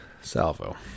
salvo